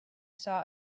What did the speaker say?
saw